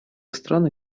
страны